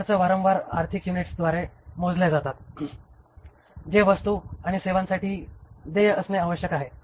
खर्च वारंवार आर्थिक युनिट्सद्वारे मोजले जातात जे वस्तू आणि सेवांसाठी देय असणे आवश्यक आहे